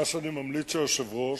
מה שאני ממליץ, היושב-ראש,